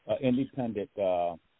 independent